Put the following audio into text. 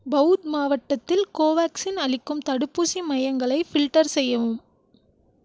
பவுத் மாவட்டத்தில் கோவேக்சின் அளிக்கும் தடுப்பூசி மையங்களை ஃபில்டர் செய்யவும்